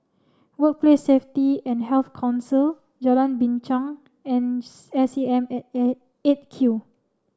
Workplace Safety and Health Council Jalan Binchang and S A M at A eight Q